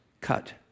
Cut